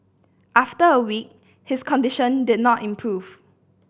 after a week his condition did not improve